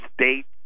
states